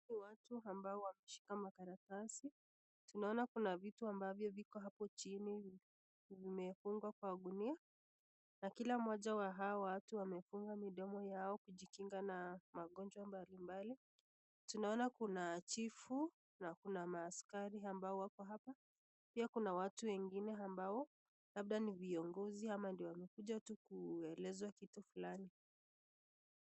Huku watu ambao wameshika makaratasi, tunaona kuna vitu ambavyo viko hapo chini vimefugwa kwa ngunia, na kila mmoja wa hao watu wamefunga midomo yao kujikinga na magonjwa mbalimbali, tunaona kuna chifu ,na kuna maaskari ambao wako hapa, pia kuna watu wengine ambao labda ni viongozi ama ndio wamekuja tu kuelezwa kitu fulani.